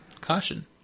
Caution